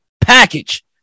package